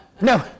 No